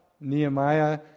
Nehemiah